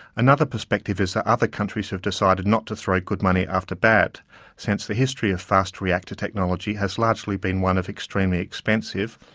another perspective is that other countries have decided not to throw good money after bad since the history of fast reactor technology has largely been one of extremely expensive,